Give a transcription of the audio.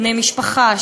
בני משפחה,